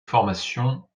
formation